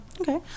Okay